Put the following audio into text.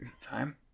time